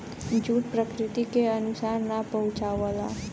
jute प्रकृति के नुकसान ना पहुंचावला